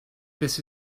this